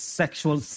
sexual